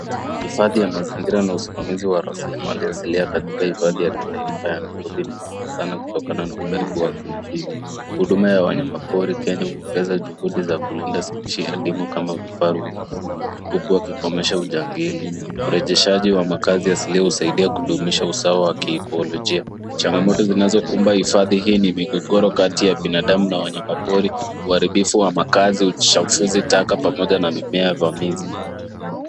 Hifadhi ya mazingira na usimamizi wa rasrimari asilia katika hifadhi ya kitaifa ya Nairobi, ni muhimu sana kutokana na ukaribu wake na jiji. Huduma ya wanyama pori Kenya huongeza juhudi za kulinda speshi adimu kama vifaru weusi, huku wakikomesha ujangili. Urejeshaji wa makaazi asilia husaidia kudumisha usawa wa kiikolojia. Changamoto zinazokumba hifadhi hii ni migogoro kati ya binadamu na wanyama pori, uharibifu wa makaazi, uchafuzi taka pamoja na mimea vamizi.